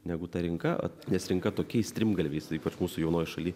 negu ta rinka nes rinka tokiais strimgalviais ypač mūsų jaunoj šaly